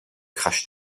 crash